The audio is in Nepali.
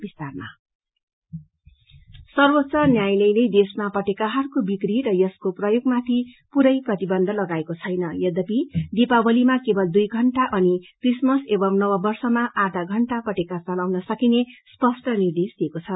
क्रयाकर सेल सर्वाच्च न्यायालयले देशमा पटेकाहरूको विक्री र यसको प्रयोगमाथि पूरै प्रतिबन्ध लगाएको छैन यद्वपि दिपावलीमा केवल दुई घण्टा अनि क्रिसमस एवं नववर्षामा आधा घण्टा पटेका चलाउन सकिने स्पष्ट निर्देश दिएको छ